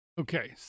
Okay